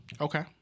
Okay